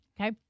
Okay